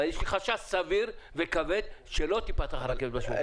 יש לי חשש סביר וכבד שלא תיפתח הרכבת ב-8 ביוני.